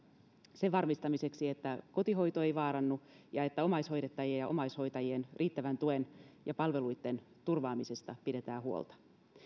sen varmistamiseksi että kotihoito ei vaarannu ja että omaishoidettavien ja omaishoitajien riittävän tuen ja palveluitten turvaamisesta pidetään huolta